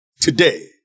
today